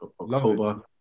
October